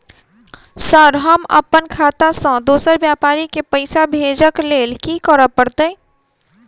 Sir हम अप्पन खाता सऽ दोसर व्यापारी केँ पैसा भेजक लेल की करऽ पड़तै?